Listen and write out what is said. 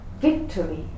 victory